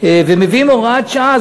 ומביאים הוראת שעה.